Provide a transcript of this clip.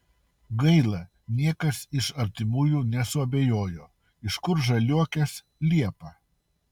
gaila niekas iš artimųjų nesuabejojo iš kur žaliuokės liepą